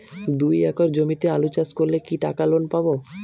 দুই একর জমিতে আলু চাষ করলে কি টাকা লোন পাবো?